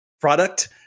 product